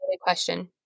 question